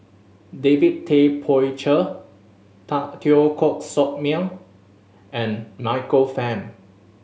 David Tay Poey Cher Teo Koh Sock Miang and Michael Fam